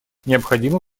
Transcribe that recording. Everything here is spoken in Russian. необходимо